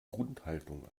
grundhaltung